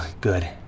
good